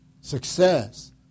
success